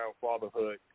fatherhood